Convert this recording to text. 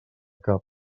cap